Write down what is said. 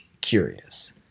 curious